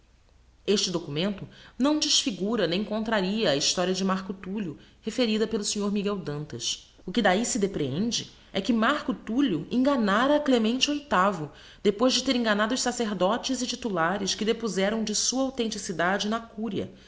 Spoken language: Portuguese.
este documento não desfigura nem contraria a historia de marco tullio referida pelo snr miguel dantas o que d'ahi se deprehende é que marco tullio enganára clemente viii depois de ter enganado os sacerdotes e titulares que depozeram de sua authenticidade na curia